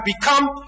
become